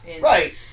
right